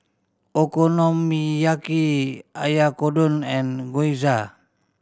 Okonomiyaki and Gyoza